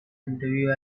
interview